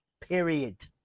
Period